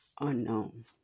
unknown